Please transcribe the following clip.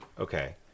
Okay